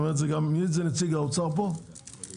אני אומר לנציג האוצר פה,